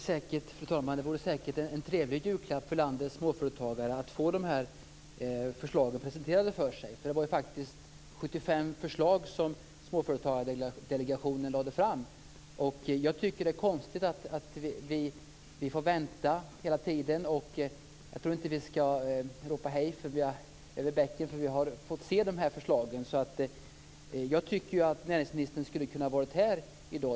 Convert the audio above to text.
Fru talman! Det vore säkert en trevlig julklapp för landets småföretagare att få dessa förslagen presenterade för sig. Småföretagsdelegationen lade faktiskt fram 75 förslag. Jag tycker att det är konstigt att vi hela tiden får vänta. Jag tror inte att vi skall ropa hej förrän vi är över bäcken, dvs. innan vi har fått se dessa förslag. Näringsministern borde ha varit här i dag.